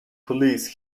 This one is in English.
police